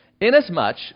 Inasmuch